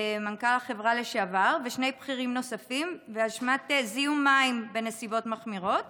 מנכ"ל החברה לשעבר ושני בכירים נוספים באשמת זיהום מים בנסיבות מחמירות